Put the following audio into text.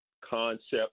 concept